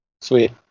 Sweet